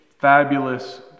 fabulous